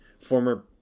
former